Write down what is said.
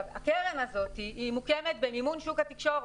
הקרן הזאת מוקמת במימון שוק התקשורת.